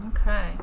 okay